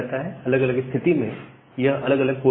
अलग अलग स्थिति में यह अलग अलग पोर्ट लेता है